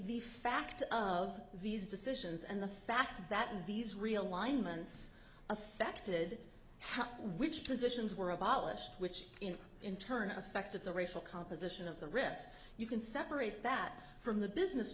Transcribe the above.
the fact of these decisions and the fact that these realignments affected how which positions were abolished which in turn affected the racial composition of the rich you can separate that from the business